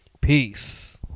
peace